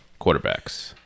quarterbacks